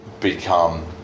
become